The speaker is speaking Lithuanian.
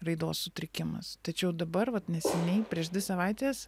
raidos sutrikimas tačiau dabar vat neseniai prieš dvi savaites